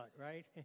right